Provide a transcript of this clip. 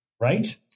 right